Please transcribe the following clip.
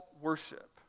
worship